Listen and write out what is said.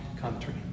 country